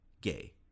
gay